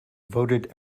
voted